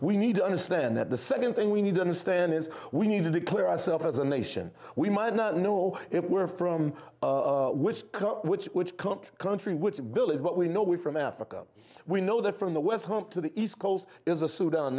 we need to understand that the second thing we need to understand is we need to declare ourselves as a nation we might not know if we're from which which country country which bill is what we know we from africa we know that from the west home to the east coast is a suit on